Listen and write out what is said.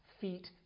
feet